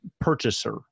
purchaser